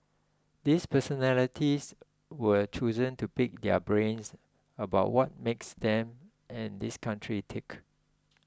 these personalities were chosen to pick their brains about what makes them and this country tick